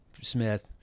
Smith